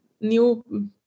new